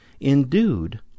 endued